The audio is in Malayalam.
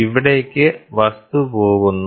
ഇവിടെക്ക് വസ്തു പോകുന്നു